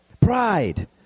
Pride